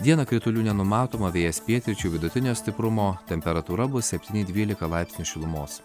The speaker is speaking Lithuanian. dieną kritulių nenumatoma vėjas pietryčių vidutinio stiprumo temperatūra bus septyni dvylika laipsnių šilumos